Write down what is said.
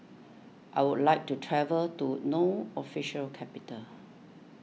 I would like to travel to No Official Capital